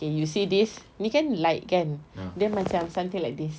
okay you see this ni kan light kan dia macam something like this